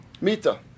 mita